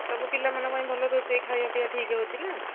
ସବୁ ପିଲାମାନଙ୍କ ପାଇଁ ଭଲ ରୋଷେଇ ଖାଇବା ପିଇବା ଠିକ୍ ହେଉଛିି ନା